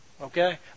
Okay